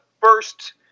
first